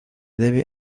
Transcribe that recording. debe